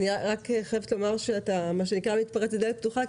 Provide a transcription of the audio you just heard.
אני חייבת לומר שאתה מתפרץ לדלת פתוחה,